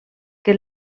que